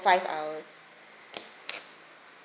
five hours